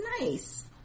nice